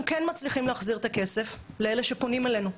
אנחנו כן מצליחים להחזיר את הכסף לאלו שפונים אלינו.